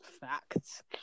Facts